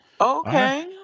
Okay